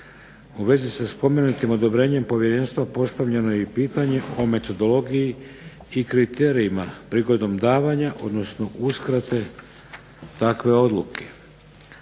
U vezi sa spomenutim odobrenjem povjerenstva postavljeno je i pitanje o metodologiji i kriterijima prigodom davanja, odnosno uskrate takve odluke.